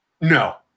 no